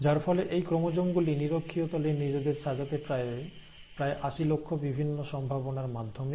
যার ফলে এই ক্রোমোজোম গুলি নিরক্ষীয় তলে নিজেদের সাজাতে পারে প্রায় 80 লক্ষ বিভিন্ন সম্ভাবনার মাধ্যমে